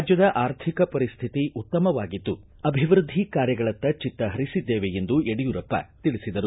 ರಾಜ್ಯದ ಆರ್ಥಿಕ ಪರಿಸ್ಥಿತಿ ಉತ್ತಮವಾಗಿದ್ದು ಅಭಿವೃದ್ಧಿ ಕಾರ್ಯಗಳತ್ತ ಚಿತ್ತ ಹರಿಸಿದ್ದೇವೆ ಎಂದು ಯಡಿಯೂರಪ್ಪ ತಿಳಿಸಿದರು